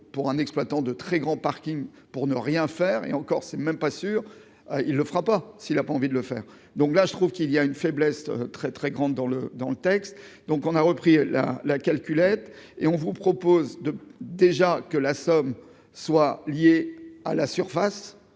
pour un exploitant de très grands parkings pour ne rien faire et encore, c'est même pas sûr, il ne fera pas, s'il a pas envie de le faire, donc là je trouve qu'il y a une faiblesse très, très grande dans le dans le texte, donc on a repris la la calculette et on vous propose de déjà que la somme soit liée à la surface,